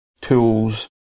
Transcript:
tools